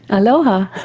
aloha,